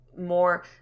more